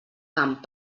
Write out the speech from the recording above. camp